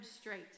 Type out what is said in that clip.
straight